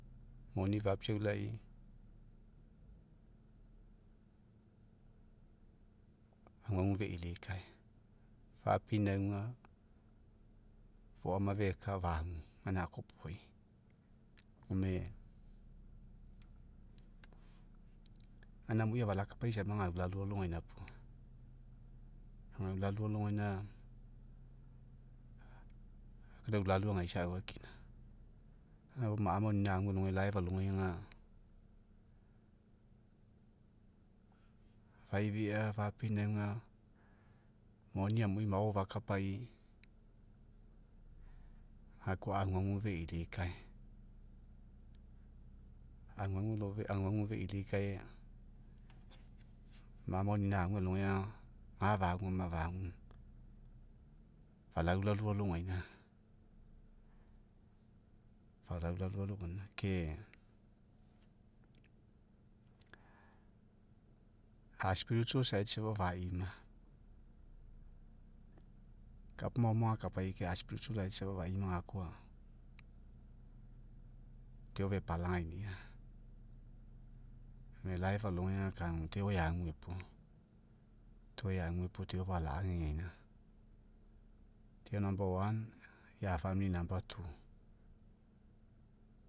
Moni fapiaulai'i, aguagu fai'ilikae, fapinauga foama feka fania, gaina amui, gome, gaina amui afalakapai sama, agaulau alogaina puo, agaulalu alogaina, ulalu agaisa aufakina. ma'a maunina, ague alogai faifea fapinauga, moni amui maofakapai, gakoa a'aguagu feilikae, agugua aguagu feilikae, ma'amauiniai ague alogaiga. Ga faguoma fagu. Falaulalu alagoina. Falulau alogaina ke a safa faima. Kapa maoai agakapai kai a safa faima, gakoa, deo fepalaginia. Deo eague puo, deo eague puo, deo fala'agege aino. Deo ia.